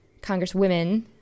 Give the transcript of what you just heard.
congresswomen